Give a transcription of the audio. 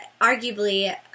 arguably